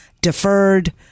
deferred